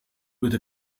with